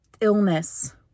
illness